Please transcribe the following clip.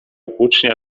ucznia